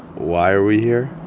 why are we here?